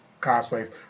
cosplays